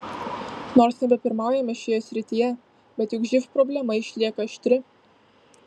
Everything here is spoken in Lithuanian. nors nebepirmaujame šioje srityje bet juk živ problema išlieka aštri